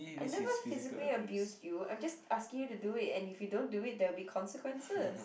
I never physically abuse you I'm just asking you to do it and if you don't do it there'll be consequences